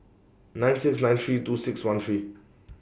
nine six nine three two six one three